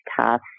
tough